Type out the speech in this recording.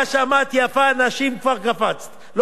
מה שמעת יפה, נשים, כבר קפצת.